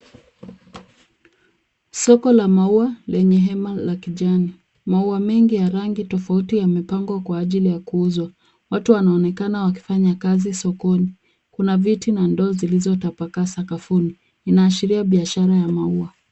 Soko la maua lenye hema la kijani. Maua mengi ya rangi tofauti yamepangwa kwa ajili ya kuuzwa . Watu wanaonekana wakifanya kazi sokoni. Kuna viti na ndoo zilizotapakaa sakafuni. Inaashiria biashara ya maua.